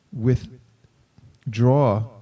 withdraw